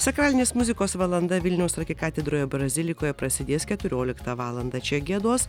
sakralinės muzikos valanda vilniaus arkikatedroje bazilikoje prasidės keturioliktą valandą čia giedos